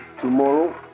tomorrow